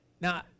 Now